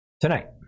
tonight